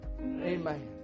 Amen